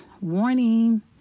Warning